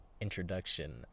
Introduction